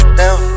down